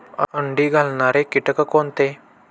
अंडी घालणारे किटक कोणते?